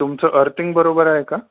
तुमचं अर्थिंग बरोबर आहे का